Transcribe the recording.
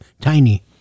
tiny